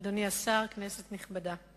אדוני השר, כנסת נכבדה,